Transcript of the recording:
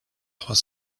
trois